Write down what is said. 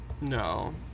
no